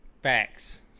Facts